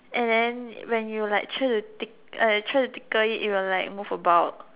and then when you like try to tic try to tickle it it will like move about